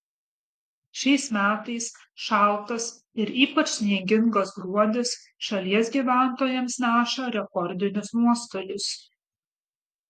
šiais metais šaltas ir ypač sniegingas gruodis šalies gyventojams neša rekordinius nuostolius